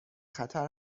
خطر